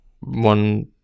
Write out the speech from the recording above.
one